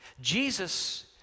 Jesus